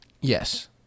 Yes